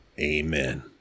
Amen